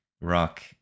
rock